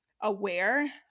aware